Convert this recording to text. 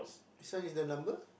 this one is the number